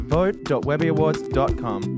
vote.webbyawards.com